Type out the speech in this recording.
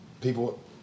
People